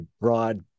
broad